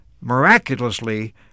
miraculously